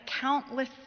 countless